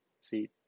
See